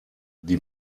die